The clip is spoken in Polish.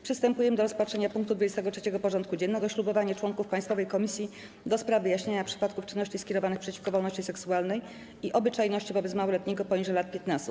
Przystępujemy do rozpatrzenia punktu 23. porządku dziennego: Ślubowanie członków Państwowej Komisji do spraw wyjaśniania przypadków czynności skierowanych przeciwko wolności seksualnej i obyczajności wobec małoletniego poniżej lat 15.